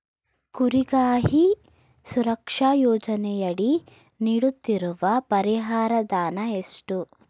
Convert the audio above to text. ಕುರಿಗಾಹಿ ಸುರಕ್ಷಾ ಯೋಜನೆಯಡಿ ನೀಡುತ್ತಿರುವ ಪರಿಹಾರ ಧನ ಎಷ್ಟು?